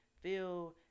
feel